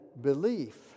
belief